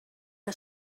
que